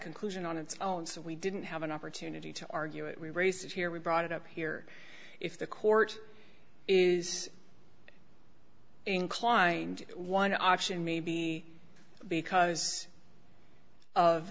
conclusion on its own so we didn't have an opportunity to argue it we raised it here we brought it up here if the court is inclined one option may be because of